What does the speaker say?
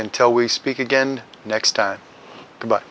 until we speak again next time about